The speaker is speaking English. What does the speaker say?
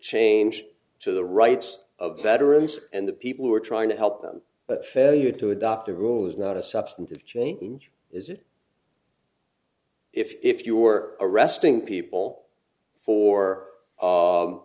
change to the rights of veterans and the people who are trying to help them but failure to adopt the rule is not a substantive change is it if you were arresting people for